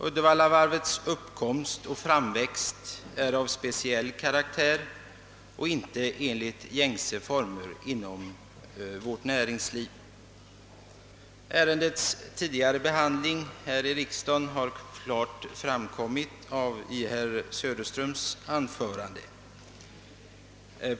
Uddevallavarvets uppkomst och framväxt har varit av en speciell karaktär och har inte tillgått enligt för vårt näringsliv gängse former. Ärendets tidigare behandling här i riksdagen har klart framgått av herr Söderströms anförande.